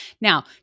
Now